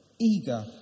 eager